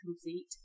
complete